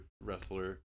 wrestler